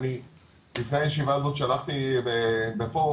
אני לפני הישיבה הזאת שלחתי בפורום